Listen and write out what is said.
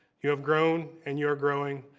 you have grown, and you're growing.